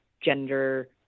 gender